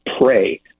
pray